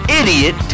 idiot